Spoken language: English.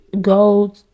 go